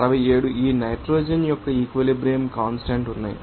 67 ఈ నైట్రోజన్ యొక్క equilibrium constant ఉన్నాయి